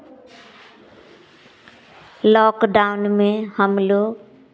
lock down में हम लोग